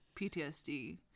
PTSD